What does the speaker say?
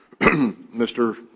Mr